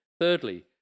Thirdly